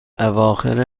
اواخر